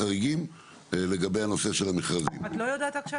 חלק מכוח האדם שניתן כולו לנושא הדרכונים משרד